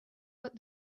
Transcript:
what